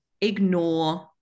ignore